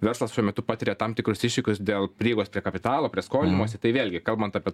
verslas šiuo metu patiria tam tikrus iššūkius dėl prieigos prie kapitalo prie skolinimosi tai vėlgi kalbant apie